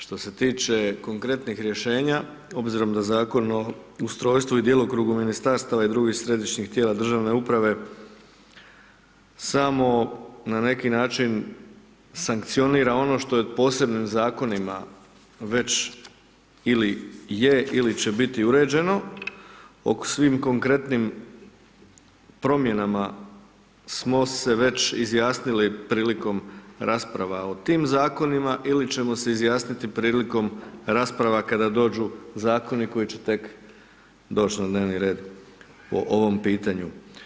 Što se tiče konkretnih rješenja obzirom da Zakon o ustrojstvu i djelokrugu ministarstava i drugih središnjih tijela državne uprave samo na neki način sankcionira ono što je posebnim zakonima već ili je ili će biti uređeno o svim konkretnim promjenama smo se već izjasnili prilikom rasprava o tim zakonima ili ćemo se izjasniti prilikom rasprava kada dođu zakoni koji će tek doći na dnevni red po ovom pitanju.